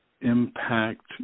impact